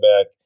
back